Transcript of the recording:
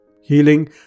Healing